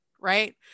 Right